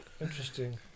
Interesting